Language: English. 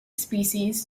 species